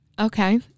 Okay